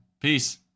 Peace